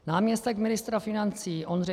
Náměstek ministra financí Ondřej